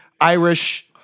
Irish